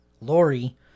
Lori